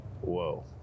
Whoa